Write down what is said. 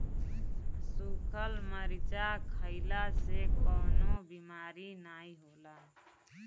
सुखल मरीचा खईला से कवनो बेमारी नाइ होला